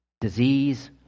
disease